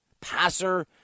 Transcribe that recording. passer